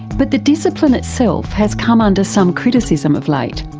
but the discipline itself has come under some criticism of late.